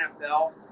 NFL